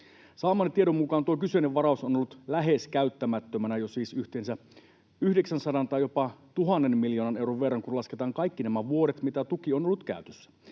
Saamani tiedon mukaan tuo kyseinen varaus on ollut lähes käyttämättömänä jo siis yhteensä 900:n tai jopa 1 000 miljoonan euron verran, kun lasketaan kaikki nämä vuodet, mitä tuki on ollut käytössä.